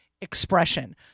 expression